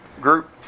group